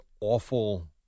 awful